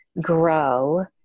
grow